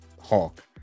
Hulk